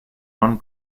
one